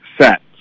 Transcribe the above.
set